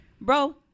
bro